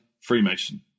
Freemason